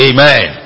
Amen